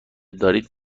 دارید